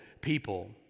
people